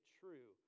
true